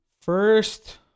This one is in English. First